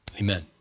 Amen